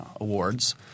awards